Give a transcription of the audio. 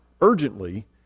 urgently